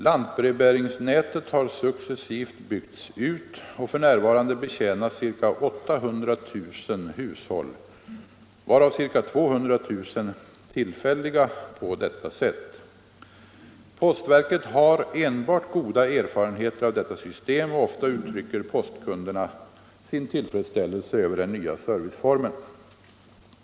Lantbrevbäringsnätet har successivt byggts ut, och f.n. betjänas ca 800 000 hushåll, varav ca 200 000 tillfälliga, på detta sätt. Postverket har enbart goda erfarenheter av detta system, och ofta uttrycker postkunderna sin tillfredsställelse över den nya serviceformen.